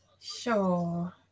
Sure